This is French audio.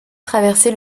traversait